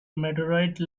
meteorite